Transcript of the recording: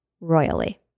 Royally